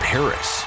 Paris